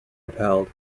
upheld